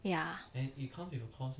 ya